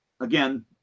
again